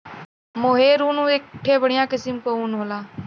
मोहेर ऊन एक ठे बढ़िया किस्म के ऊन होला